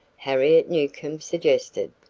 harriet newcomb suggested.